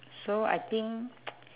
so I think